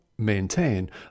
maintain